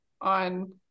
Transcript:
on